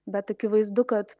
bet akivaizdu kad